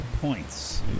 points